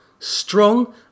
Strong